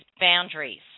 boundaries